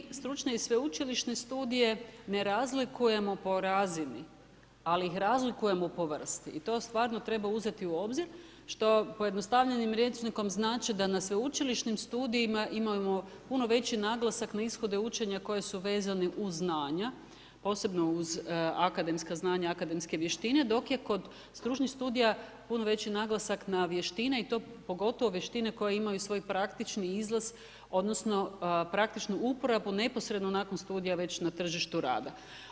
Dakle, mi stručne i sveučilišne studije ne razlikujemo po razini, ali ih razlikujemo po vrsti i to stvarno treba uzeti u obzir, što pojednostavljenim rječnikom znači da na sveučilišnim studijima imamo puno veći naglasak na ishode učenja koji su vezani uz znanja, posebno uz akademska znanja, akademske vještine dok je kod stručnih studija puno veći naglasak na vještine i to pogotovo vještine koje imaju svoj praktični izlaz, odnosno praktičnu uporabu neposredno nakon studija već na tržištu rada.